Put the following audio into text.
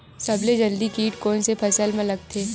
सबले जल्दी कीट कोन से फसल मा लगथे?